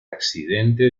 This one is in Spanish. accidente